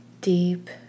deep